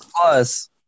plus